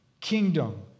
kingdom